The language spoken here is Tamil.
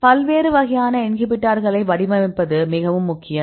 பல்வேறு வகையான இன்ஹிபிட்டார்களை வடிவமைப்பது மிகவும் முக்கியம்